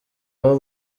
aho